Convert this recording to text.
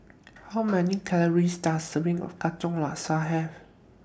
How Many Calories Does A Serving of Katong Laksa Have